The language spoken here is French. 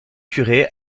curé